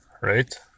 right